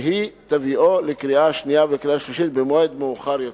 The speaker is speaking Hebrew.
והיא תביאו לקריאה שנייה ולקריאה שלישית במועד מאוחר יותר.